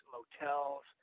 Motels